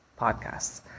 podcasts